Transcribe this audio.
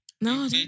No